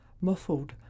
Muffled